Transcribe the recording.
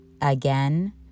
Again